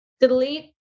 delete